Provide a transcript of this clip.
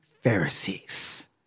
Pharisees